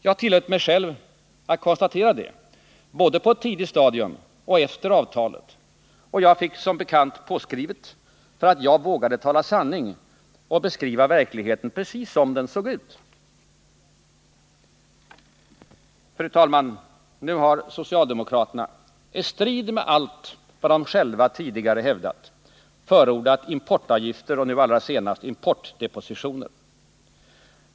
Jag tillät mig själv konstatera detta både på ett tidigt stadium och efter avtalet, och jag fick som bekant påskrivet för att jag vågade tala sanning och beskriva verkligheten precis som den såg ut. Fru talman! Nu har socialdemokraterna — i strid mot allt vad de själva tidigare hävdat — förordat importavgifter och nu allra senast importdepositioner.